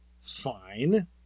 fine